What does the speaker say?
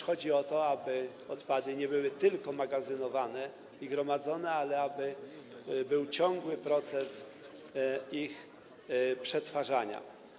Chodzi też o to, aby odpady nie były tylko magazynowane i gromadzone, ale aby miał miejsce ciągły proces ich przetwarzania.